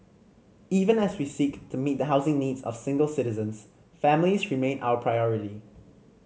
even as we seek to meet the housing needs of single citizens families remain our priority